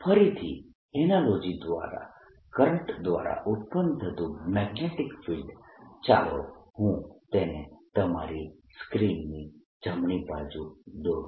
ફરીથી એનાલોજી દ્વારા કરંટ દ્વારા ઉત્પન્ન થતું મેગ્નેટીક ફિલ્ડ ચાલો હું તેને તમારી સ્ક્રીનની જમણી બાજુ દોરૂ